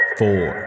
four